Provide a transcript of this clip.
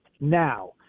now